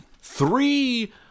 Three